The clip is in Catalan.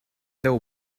déu